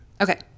Okay